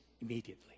immediately